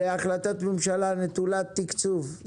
להחלטת ממשלה נטולת תקצוב.